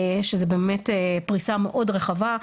שזה באמת פריסה מאוד רחבה.